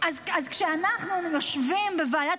--- אז כשאנחנו יושבים בוועדת